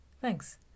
Thanks